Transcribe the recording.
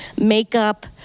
makeup